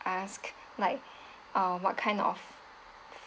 ask like uh what kind of